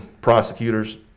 prosecutors